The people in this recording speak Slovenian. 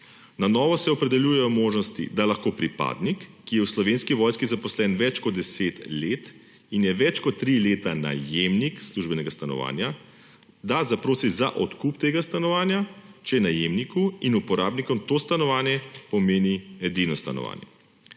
Na novo se opredeljujejo možnosti, da lahko pripadnik, ki je v Slovenski vojski zaposlen več kot 10 let in je več kot tri leta najemnik službenega stanovanja, zaprosi za odkup tega stanovanja, če najemniku in uporabnikom to stanovanje pomeni edino stanovanje.